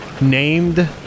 named